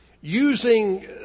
using